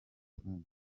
espanye